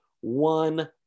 One